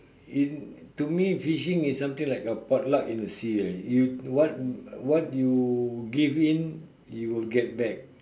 in to me fishing is something like a pot luck in the sea ah you what what you give in you will get back